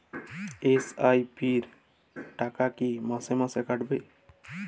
SIP র টাকা কী মাসে মাসে কাটবে?